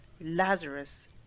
Lazarus